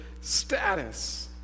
status